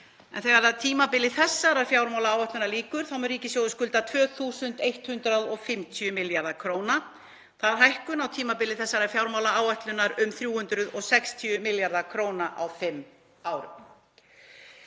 en þegar tímabili þessarar fjármálaáætlunar lýkur mun ríkissjóður skulda 2.150 milljarða kr. Það er hækkun á tímabili þessarar fjármálaáætlunar um 360 milljarða kr. á fimm árum.